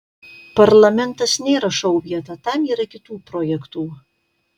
parlamentas nėra šou vieta tam yra kitų projektų